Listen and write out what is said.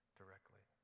directly